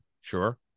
Sure